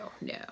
no